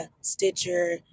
Stitcher